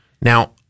Now